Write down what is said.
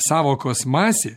sąvokos masė